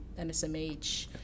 NSMH